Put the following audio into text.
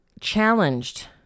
challenged